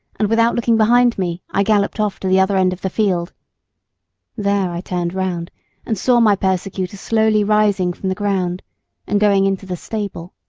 and without looking behind me, i galloped off to the other end of the field there i turned round and saw my persecutor slowly rising from the ground and going into the stable.